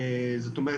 זאת אומרת,